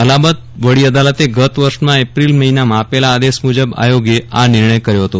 અલહાબાદ વડી અદાલતે ગત વર્ષના એપ્રિલ મહિનામાં આપેલા આદેશ મુજબ આયોગે આ નિર્ણય કર્યો હતો